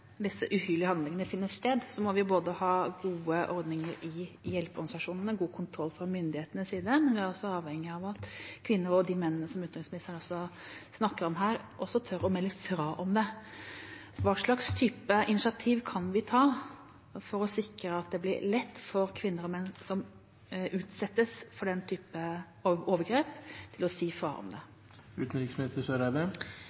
disse uhyrlige handlingene finner sted, må vi ha både gode ordninger i hjelpeorganisasjonene og god kontroll fra myndighetenes side, men vi er også avhengig av at kvinner og også de mennene som utenriksministeren snakker om her, tør å melde fra om det. Hva slags type initiativ kan vi ta for å sikre at det blir lett for kvinner og menn som utsettes for den type overgrep, å si fra om